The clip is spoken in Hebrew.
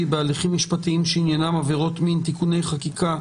בהליכים משפטיים שעניינם עבירות מין (תיקוני חקיקה),